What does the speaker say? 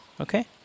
okay